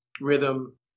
rhythm